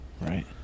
Right